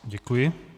Děkuji.